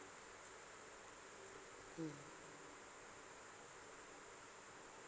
mm